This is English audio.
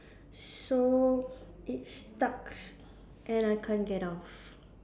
so it's stuck and I can't get off